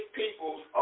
peoples